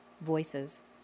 voices